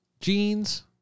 jeans